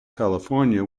california